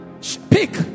speak